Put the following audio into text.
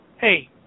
Hey